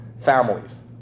families